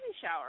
shower